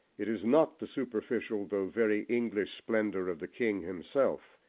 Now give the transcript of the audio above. it is not the superficial though very english splendour of the king himself,